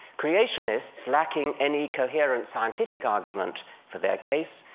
creationists, lacking any coherent scientific argument for their case,